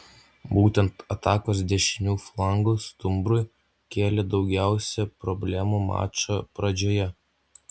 būtent atakos dešiniu flangu stumbrui kėlė daugiausiai problemų mačo pradžioje